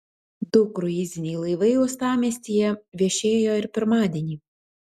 du kruiziniai laivai uostamiestyje viešėjo ir pirmadienį